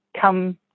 come